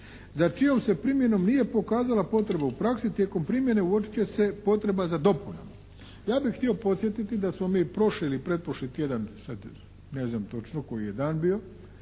za čijom se primjenom nije pokazala potreba u praksi tijekom primjene uočit će se potreba za dopunama. Ja bih htio podsjetiti da smo mi prošli ili pretprošli tjedan, sada neznam točno koji je dan bio,